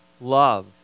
love